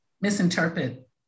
misinterpret